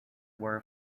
were